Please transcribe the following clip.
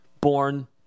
born